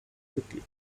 quickly